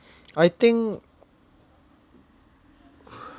I think